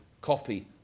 copy